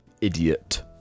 Idiot